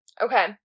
Okay